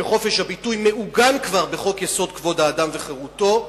חופש הביטוי מעוגן כבר בחוק-יסוד: כבוד האדם וחירותו.